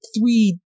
three